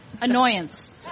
Annoyance